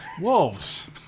Wolves